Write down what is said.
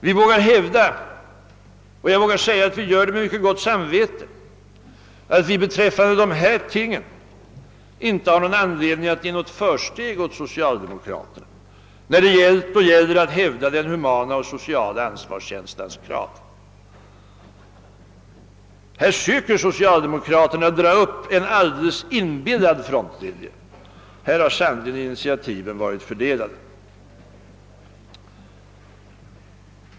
Vi vågar hävda — och vi gör det med mycket gott samvete — att vi beträffande dessa ting icke har någon anledning att ge något försteg åt socialdemokraterna när det gällt och gäller att hävda den humana och sociala ansvarskänslans krav. Här söker socialdemokraterna dra upp en alldeles inbillad frontlinje. Här har sannerligen initiativen varit fördelade!